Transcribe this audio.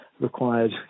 required